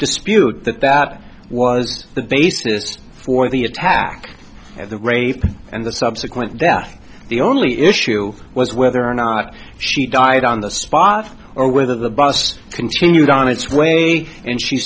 dispute that that was the basis for the attack of the rape and the subsequent that the only issue was whether or not she died on the spot or whether the bus continued on its way in she